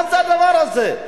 מה זה הדבר הזה?